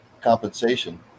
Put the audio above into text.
compensation